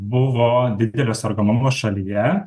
buvo didelio sergamumo šalyje